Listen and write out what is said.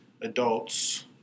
adults